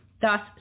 Thus